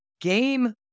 game